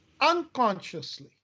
unconsciously